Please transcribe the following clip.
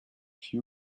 few